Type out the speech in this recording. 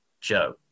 Joe